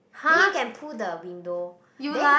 then you can pull the window then